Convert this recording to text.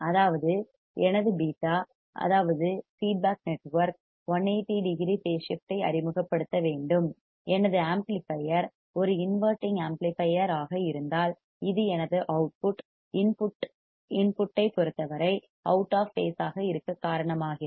அதாவது எனது β அதாவது feedback network 180 degree phase shift ஐ அறிமுகப்படுத்த வேண்டும் எனது ஆம்ப்ளிபையர் ஒரு இன்வெர்ட்டிங் ஆம்ப்ளிபையர் ஆக இருந்தால் இது எனது அவுட்புட் இன்புட்டைப் பொறுத்தவரை அவுட் ஆஃப் பேஸ் ஆக இருக்க காரணமாகிறது